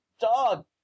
dog